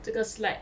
这个 slide